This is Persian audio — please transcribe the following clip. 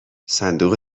صندوق